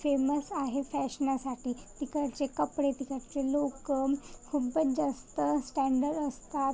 famous आहे फॅशनासाठी तिकडचे कपडे तिकडचे लोक खूपच जास्त स्टँडल असतात